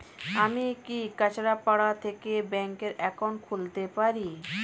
আমি কি কাছরাপাড়া থেকে ব্যাংকের একাউন্ট খুলতে পারি?